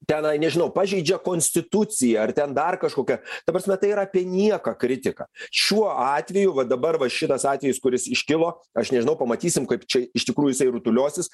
tenai nežinau pažeidžia konstituciją ar ten dar kažkokią ta prasme tai yra apie nieką kritika šiuo atveju va dabar va šitas atvejis kuris iškilo aš nežinau pamatysim kaip čia iš tikrųjų jisai rutuliosis